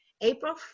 April